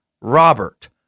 Robert